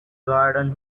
garden